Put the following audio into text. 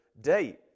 date